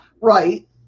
Right